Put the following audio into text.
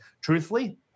truthfully